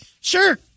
Sure